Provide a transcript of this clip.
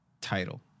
title